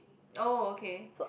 oh okay